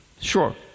sure